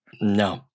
no